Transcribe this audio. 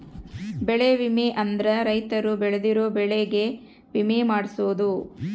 ಬೆಳೆ ವಿಮೆ ಅಂದ್ರ ರೈತರು ಬೆಳ್ದಿರೋ ಬೆಳೆ ಗೆ ವಿಮೆ ಮಾಡ್ಸೊದು